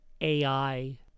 AI